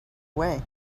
away